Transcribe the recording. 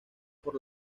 por